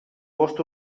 bost